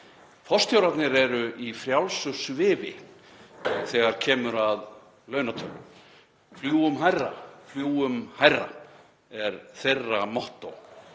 Forstjórarnir eru í frjálsu svifi þegar kemur að launatölum. Fljúgum hærra, fljúgum hærra, er þeirra mottó.